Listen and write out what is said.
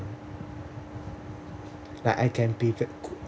like I can be very good